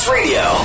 Radio